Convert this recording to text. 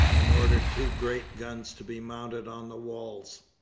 and ordered two great guns to be mounted on the walls.